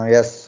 Yes